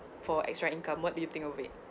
for extra income what do you think of it